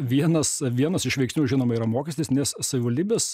vienas vienas iš veiksnių žinoma yra mokestis nes savivaldybės